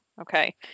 Okay